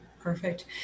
Perfect